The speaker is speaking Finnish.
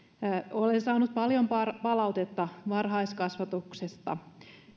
olen saanut paljon paljon palautetta varhaiskasvatuksesta